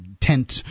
tent